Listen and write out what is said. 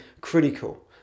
critical